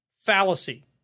fallacy